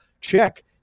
Check